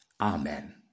Amen